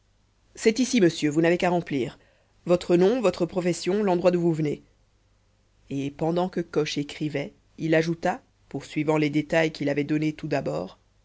c'est ici monsieur vous n'avez qu'à remplir votre nom votre profession l'endroit d'où vous venez et pendant que coche écrivait il ajouta poursuivant les détails qu'il avait donnés tout d'abord